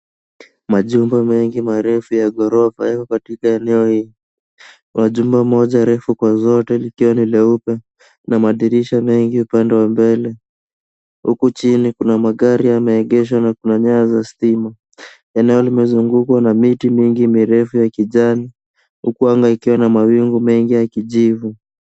Majumba mengi ya ghorofa yako katika eneo hii. Kuna jumba moja refu kwa zote likiwa nyeupe na madirisha mengi upande wa mbele, huku chini kuna magari yameegeshwa na kuna nyaya za stima . Eneo limezungukwa na miti mingi mirefu ya kijani huku anga ikiwa na mawingu mengi ya kijivu.